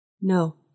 No